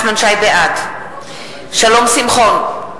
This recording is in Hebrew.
בעד שלום שמחון,